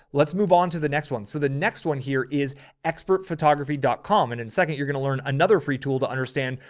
let's move on to the next one. so the next one here is expert photography com. and in second, you're going to learn another free tool to understand.